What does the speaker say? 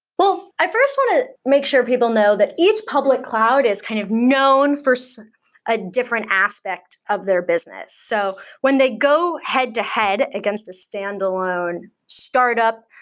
well, i first want to make sure people know that each public cloud is kind of known for a different aspect of their business. so when they go head-to-head against a standalone startup,